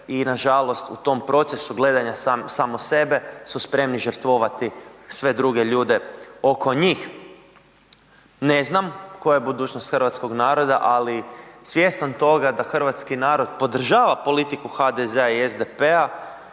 i nažalost u tom procesu gledanja samo sebe su spremni žrtvovati sve druge ljude oko njih. Ne znam koja je budućnost hrvatskog naroda, ali svjestan toga da hrvatski narod podržava politiku HDZ-a i SDP-a